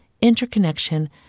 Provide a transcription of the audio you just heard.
interconnection